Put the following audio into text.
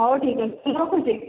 ହଉ ଠିକ୍ ଅଛି ମୁଁ ରଖୁଛି